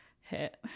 hit